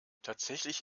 tatsächlich